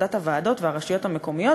לעבודת הוועדות והרשויות המקומיות,